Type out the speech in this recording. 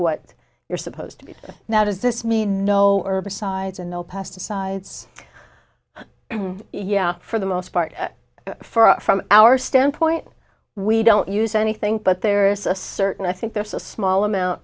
what you're supposed to be now does this mean no herbicides and no pesticides yeah for the most part from our standpoint we don't use anything but there's a certain i think there's a small amount